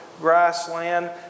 grassland